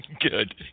Good